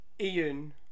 ian